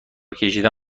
کشیدن